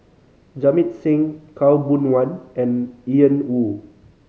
Jamit Singh Khaw Boon Wan and Ian Woo